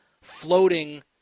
floating